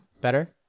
better